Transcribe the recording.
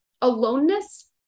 aloneness